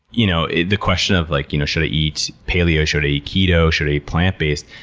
you know the question of like, you know should i eat paleo? should i eat keto? should i eat plant based?